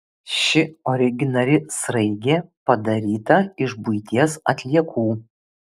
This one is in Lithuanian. ši originali sraigė padaryta iš buities atliekų